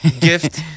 Gift